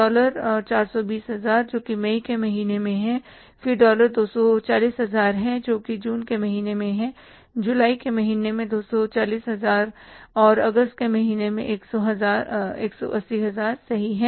dollar 420 हजार जोकि मई के महीने में है फिर डॉलर 240 हजार है जोकि जून के महीने में है जुलाई के महीने में 240 हजार और अगस्त के महीनों में 180 हजार सही है